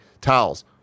towels